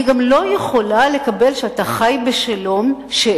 אני גם לא יכולה לקבל שאתה חי בשלום עם העובדה